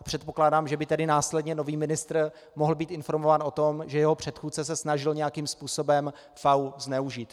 Předpokládám tedy, že by následně nový ministr mohl být informován o tom, že jeho předchůdce se snažil nějakým způsobem FAÚ zneužít.